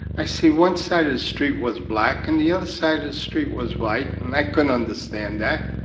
i see one side of the street was black and the other side of the street was white and i couldn't understand that.